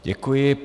Děkuji.